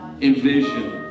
envision